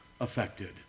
affected